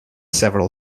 several